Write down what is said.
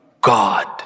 God